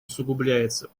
усугубляется